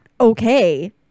okay